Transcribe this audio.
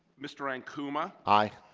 mr ankuma aye.